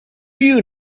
you